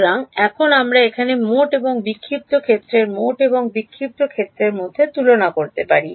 সুতরাং এখন আমরা এখানে মোট এবং বিক্ষিপ্ত ক্ষেত্রের মোট এবং বিক্ষিপ্ত ক্ষেত্রের মধ্যে তুলনা করতে পারি